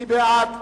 מי בעד?